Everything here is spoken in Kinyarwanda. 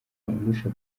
undusha